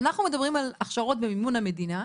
כשאנחנו מדברים על הכשרות במימון המדינה,